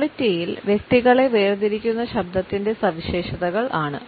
ക്വാലറ്റീയിൽ വ്യക്തികളെ വേർതിരിക്കുന്ന ശബ്ദത്തിന്റെ സവിശേഷതകൾ ആണ്